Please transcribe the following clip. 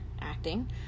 acting